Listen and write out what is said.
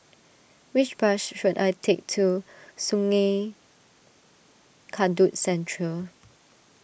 which bus should I take to Sungei Kadut Central